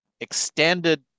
extended